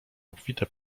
obfite